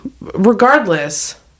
regardless